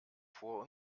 vor